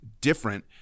different